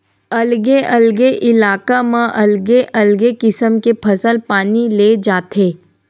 अलगे अलगे इलाका म अलगे अलगे किसम के फसल पानी ले जाथे